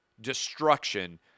destruction